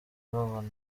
babona